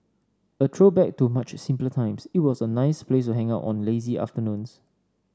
a throwback to much simpler times it was a nice place to hang out on lazy afternoons